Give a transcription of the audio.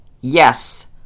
Yes